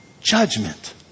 judgment